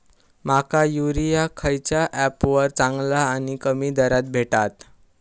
माका युरिया खयच्या ऍपवर चांगला आणि कमी दरात भेटात?